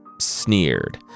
sneered